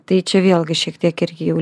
tai čia vėlgi šiek tiek irgi jau